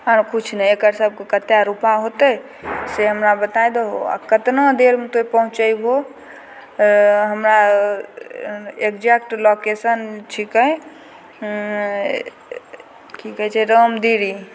आरो किछु नहि एकर सबके कते रूपैआ होतय से हमरा बताय दहो आओर कतना देरमे तों पहुँचैबहो हमरा एग्जेक्ट लोकेशन छिकै की कहय छै रामदीरी